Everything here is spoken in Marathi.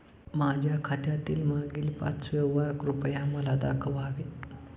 माझ्या खात्यातील मागील पाच व्यवहार कृपया मला दाखवावे